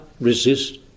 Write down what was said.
resist